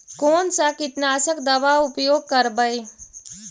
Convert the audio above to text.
कोन सा कीटनाशक दवा उपयोग करबय?